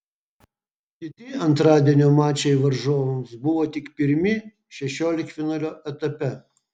kiti antradienio mačai varžovams buvo tik pirmi šešioliktfinalio etape